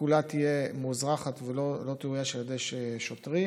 כולה תהיה מאוזרחת ולא תאויש על ידי שוטרים.